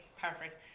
paraphrase